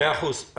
מאה אחוז.